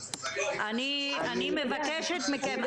אני מבקשת מכם,